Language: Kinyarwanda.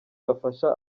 yafasha